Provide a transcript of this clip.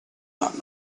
that